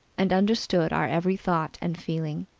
and understood our every thought and feeling.